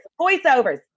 Voiceovers